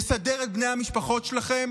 לסדר את בני המשפחות שלכם,